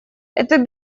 этот